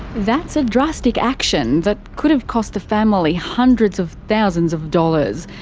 that's a drastic action that could have cost the family hundreds of thousands of dollars,